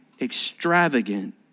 extravagant